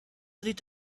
did